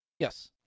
yes